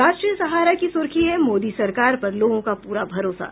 राष्ट्रीय सहारा की सुर्खी है मोदी सरकार पर लोगों का पूरा भरोसा